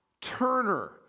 turner